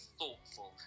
thoughtful